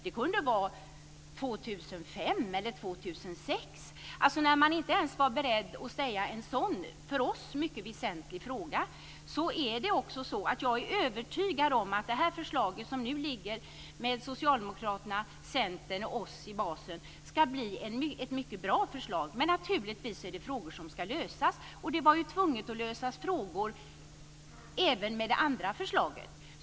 Det kunde vara 2005 eller 2006. När de inte ens var beredda att säga något i en sådan för oss mycket väsentlig fråga så är jag övertygad om att det förslag som nu föreligger från Socialdemokraterna, Centern och oss ska bli ett mycket bra förslag. Men naturligtvis är det frågor som ska lösas. Man var ju tvungen att lösa frågor även när det gällde det andra förslaget.